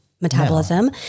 metabolism